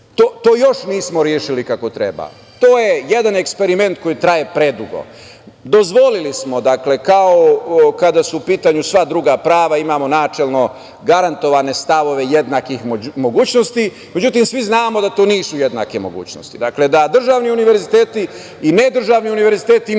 To još nismo rešili kako treba. To je jedan eksperiment koji traje predugo. Dozvolili smo kada su u pitanju sva druga prava imamo načelno garantovane stavove jednakih mogućnosti. Međutim, svi znamo da to nisu jednake mogućnosti. Dakle, da državni univerziteti i nedržavni univerziteti nemaju